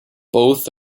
both